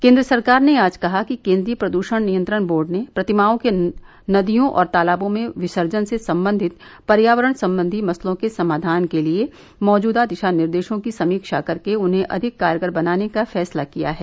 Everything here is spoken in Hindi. केन्द्र सरकार ने आज कहा कि केन्द्रीय प्रदूषण नियंत्रण बोर्ड ने प्रतिमाओं के नदियों और तालावों में विसर्जन से संबंधित पर्यावरण संबंधी मसलों के समाधान के लिए मौजूदा दिशा निर्देशों की समीक्षा करके उन्हें अधिक कारगर बनाने का फैसला किया है